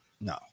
No